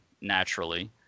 naturally